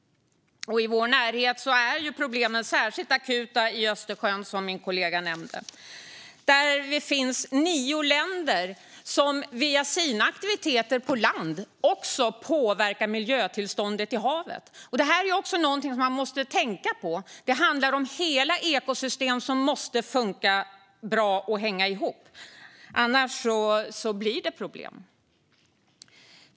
I vår närhet är problemen särskilt akuta i Östersjön, som min kollega nämnde. Här finns nio länder som via sina aktiviteter på land också påverkar tillståndet för miljön i havet. Detta är någonting som man måste tänka på. Det handlar om hela ekosystem som måste funka bra och hänga ihop, annars blir det problem.